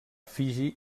fiji